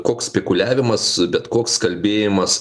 koks spekuliavimas bet koks kalbėjimas